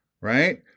right